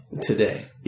Today